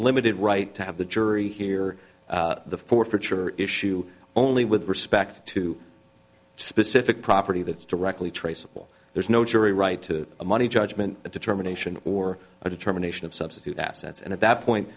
limited right to have the jury hear the forfeiture issue only with respect to specific property that is directly traceable there's no jury right to a money judgment a determination or a determination of substitute assets and at that point